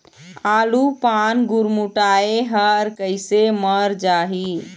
आलू पान गुरमुटाए हर कइसे मर जाही?